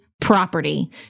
property